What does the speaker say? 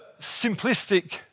simplistic